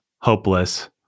hopeless